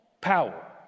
power